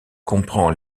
comprend